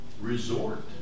resort